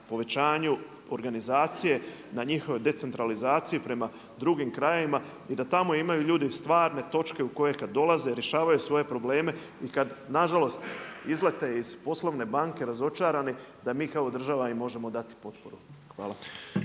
povećanju organizacije na njihovoj decentralizaciji prema drugim krajevima i da tamo imaju ljudi stvarne točke u koje kada dolaze rješavaju svoje probleme. I kada nažalost izlete iz poslovne banke razočarani da mi kao država im možemo dati potporu. Hvala.